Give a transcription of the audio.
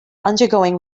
undergoing